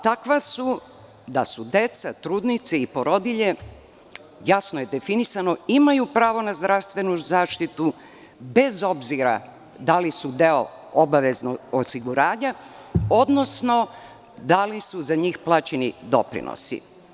Takva su da deca, trudnice i porodilje, jasno je definisano, imaju pravo na zdravstvenu zaštitu, bez obzira da li su deo obaveznog osiguranja, odnosno da li su za njih plaćeni doprinosi.